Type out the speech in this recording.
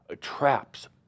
traps